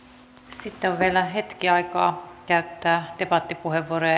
sitten on vielä hetki aikaa käyttää debattipuheenvuoroja